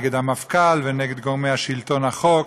נגד המפכ"ל ונגד גורמי שלטון החוק.